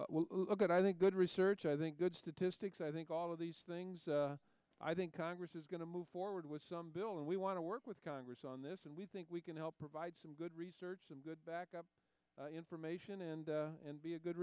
it good i think good research i think good statistics i think all of these things i think congress is going to move forward with some bill and we want to work with congress on this and we think we can help provide some good research and good backup information and and be a good